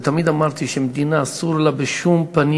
ותמיד אמרתי שלמדינה אסור בשום פנים